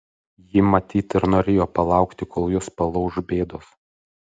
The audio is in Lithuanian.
ji matyt ir norėjo palaukti kol jus palauš bėdos